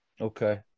Okay